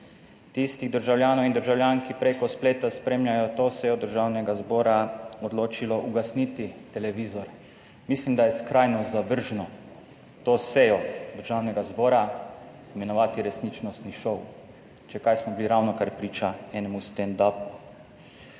tistih državljanov in državljank, ki preko spleta spremljajo to sejo Državnega zbora odločilo ugasniti televizor. Mislim, da je skrajno zavržno to sejo Državnega zbora imenovati resničnostni šov. Če kaj, smo bili ravnokar priča enemu »stand upu«.